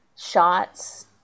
shots